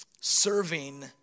serving